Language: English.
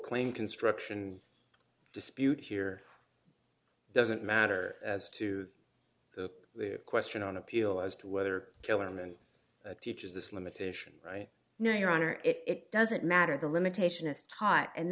claim construction dispute here doesn't matter as to the question on appeal as to whether kellerman teaches this limitation right now your honor it doesn't matter the limitation is taught and